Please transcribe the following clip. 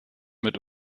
mit